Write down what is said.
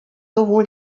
sowohl